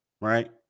right